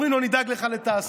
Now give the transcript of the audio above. אומרים לו: נדאג לך לתעסוקה,